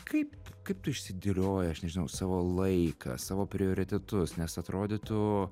kaip kaip tu išsidėlioji aš nežinau savo laiką savo prioritetus nes atrodytų